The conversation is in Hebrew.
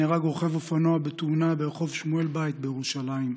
נהרג רוכב אופנוע בתאונה ברחוב שמואל בייט בירושלים.